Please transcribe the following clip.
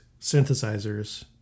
synthesizers